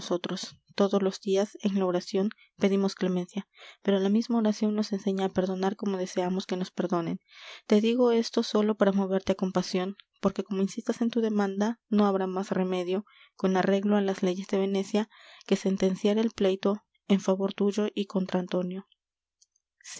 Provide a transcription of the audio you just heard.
todos los dias en la oracion pedimos clemencia pero la misma oracion nos enseña á perdonar como deseamos que nos perdonen te digo esto sólo para moverte á compasion porque como insistas en tu demanda no habrá más remedio con arreglo á las leyes de venecia que sentenciar el pleito en favor tuyo y contra antonio